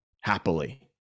happily